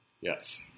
Yes